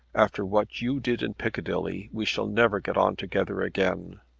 after what you did in piccadilly we shall never get on together again.